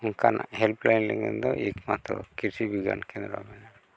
ᱚᱱᱠᱟᱱᱟᱜ ᱞᱟᱹᱜᱤᱫ ᱫᱚ ᱮᱠ ᱢᱟᱛᱨᱚ ᱠᱨᱤᱥᱤ ᱵᱤᱜᱽᱜᱟᱱ ᱠᱮᱱᱫᱨᱚ ᱢᱮᱱᱟᱜᱼᱟ